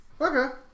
Okay